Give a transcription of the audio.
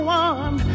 one